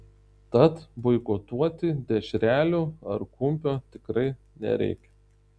tad boikotuoti dešrelių ar kumpio tikrai nereikia